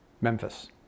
Memphis